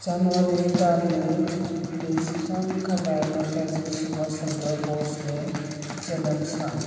January दाननि नैजिथाम खालार नेथाजी सुबास चन्द्र बसनि जोनोम सान